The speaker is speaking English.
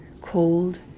cold